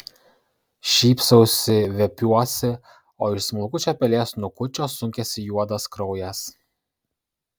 šypsausi viepiuosi o iš smulkučio pelės snukučio sunkiasi juodas kraujas